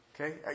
Okay